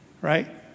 right